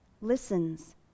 listens